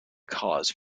cause